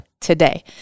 today